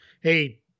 Hey